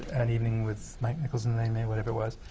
an evening with mike nichols and elaine may, whatever it was,